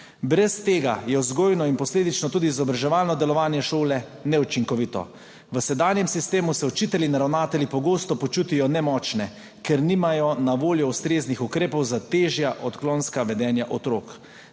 Brez tega je vzgojno in posledično tudi izobraževalno delovanje šole neučinkovito. V sedanjem sistemu se učitelji in ravnatelji pogosto počutijo nemočne, ker nimajo na voljo ustreznih ukrepov za težja odklonska vedenja otrok.